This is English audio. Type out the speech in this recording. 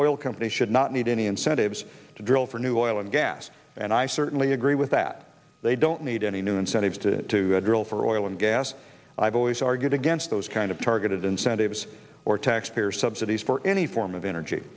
oil companies should not need any incentives to drill for new oil and gas and i certainly agree with that they don't need any new incentives to drill for oil and gas i've always argued against those kind of targeted incentives or taxpayer subsidies for any form of energy